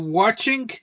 watching